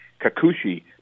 Kakushi